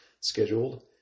scheduled